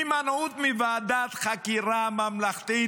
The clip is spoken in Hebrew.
הימנעות מועדת חקירה ממלכתית,